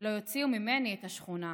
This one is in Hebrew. לא יוציאו ממני את השכונה.